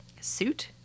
suit